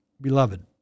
Beloved